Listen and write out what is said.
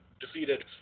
defeated